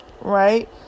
right